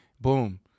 Boom